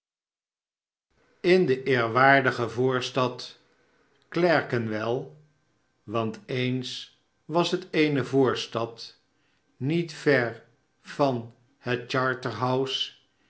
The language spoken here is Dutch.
in de eerwaardige voorstad clerk en well want eens washet eene voorstad niet ver van het